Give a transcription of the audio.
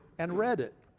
and read it.